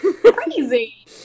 crazy